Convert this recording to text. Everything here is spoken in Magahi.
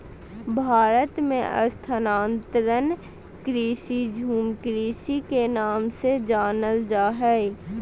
भारत मे स्थानांतरण कृषि, झूम कृषि के नाम से जानल जा हय